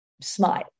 smile